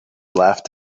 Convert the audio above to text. laughed